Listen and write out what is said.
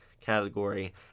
category